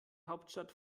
hauptstadt